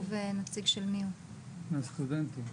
בסדר גמור.